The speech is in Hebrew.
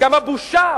גם הבושה.